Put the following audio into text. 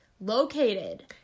Located